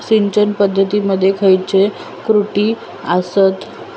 सिंचन पद्धती मध्ये खयचे त्रुटी आसत?